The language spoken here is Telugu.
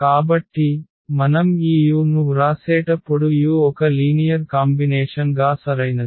కాబట్టి మనం ఈ u ను వ్రాసేటప్పుడు u ఒక లీనియర్ కాంబినేషన్ గా సరైనది